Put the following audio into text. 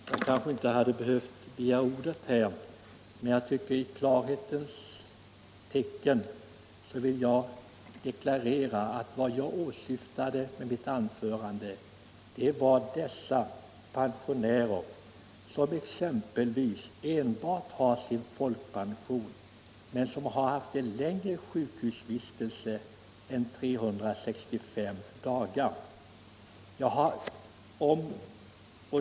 Herr talman! Jag hade kanske inte behövt begära ordet än en gång, men för klarhetens skull vill jag deklarera att vad jag åsyftat är de pensionärer som enbart har sin folkpension och som har en längre sjukhusvistelse än 365 dagar.